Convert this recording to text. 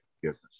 forgiveness